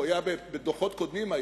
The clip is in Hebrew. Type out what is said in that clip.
היה בדוחות קודמים,